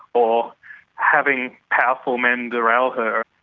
or having powerful men derail her.